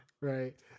Right